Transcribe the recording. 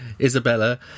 Isabella